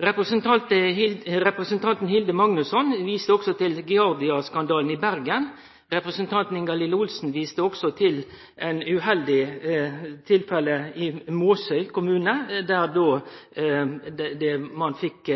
Representanten Hilde Magnusson viste til Giardia-skandalen i Bergen. I Bergen skapte det store problem for mange. Representanten Ingalill Olsen viste til eit uheldig tilfelle i Måsøy kommune, der ein fekk